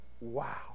Wow